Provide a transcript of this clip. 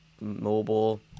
mobile